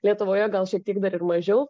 lietuvoje gal šiek tiek dar ir mažiau